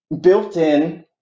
built-in